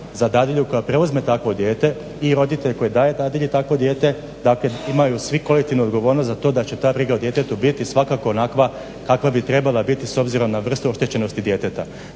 za dadilju koja preuzme takvo dijete i roditelj koji daje dadilji takvo dijete dakle imaju svi kolektivnu odgovornost za to da će ta briga o djetetu biti svakako onakva kakva bi trebala biti s obzirom na vrstu oštećenosti djeteta.